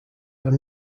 are